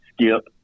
skip